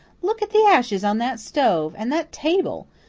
look at the ashes on that stove! and that table!